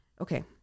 okay